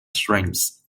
strengths